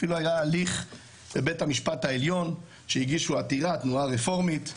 אפילו היה הליך בבית המשפט עליון שהגישו עתירה התנועה הרפורמית.